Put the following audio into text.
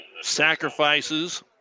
sacrifices